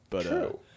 True